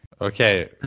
Okay